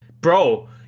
Bro